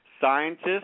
Scientists